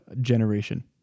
generation